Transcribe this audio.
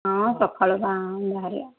ହଁ ସଖାଳୁ କ'ଣ ବାହାରିବା